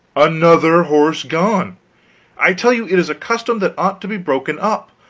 another horse gone i tell you it is a custom that ought to be broken up.